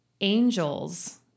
Angel's